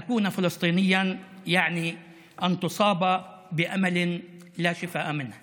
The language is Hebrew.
להיות פלסטיני משמעו להיות נגוע בתקווה חסרת מרפא.